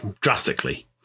drastically